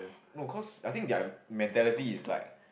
no cause I think their mentality is like